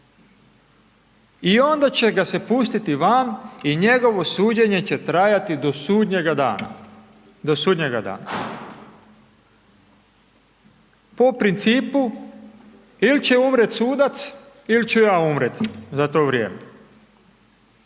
i onda će ga se pustiti van i njegovo suđenje će trajati do sudnjega dana, do sudnjega dana. Po principu il će umrijet sudac il ću ja umrijet za to vrijeme.